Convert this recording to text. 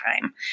time